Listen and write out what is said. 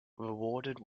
rewarded